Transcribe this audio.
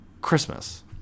Christmas